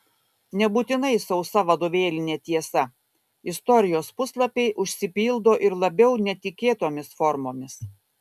nebūtinai sausa vadovėlinė tiesa istorijos puslapiai užsipildo ir labiau netikėtomis formomis